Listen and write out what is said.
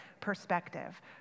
perspective